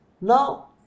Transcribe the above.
Now